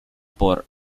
por